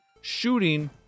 shooting